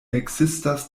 ekzistas